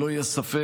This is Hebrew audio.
שלא יהיה ספק,